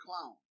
Clown